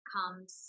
comes